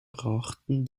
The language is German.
brachten